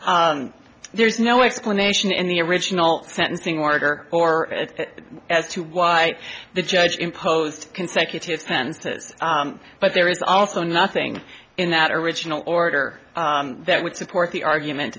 eighty there's no explanation in the original sentencing order or as to why the judge imposed consecutive sentences but there is also nothing in that original order that would support the argument